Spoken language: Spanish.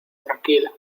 tranquila